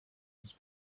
his